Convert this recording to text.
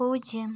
പൂജ്യം